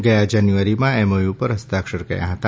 ગયા જાન્યુઆરીમાં એમઓયુ પર હસ્તાક્ષર કર્યા હતા